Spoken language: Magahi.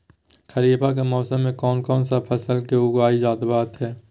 खरीफ के मौसम में कौन कौन सा फसल को उगाई जावत हैं?